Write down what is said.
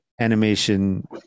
animation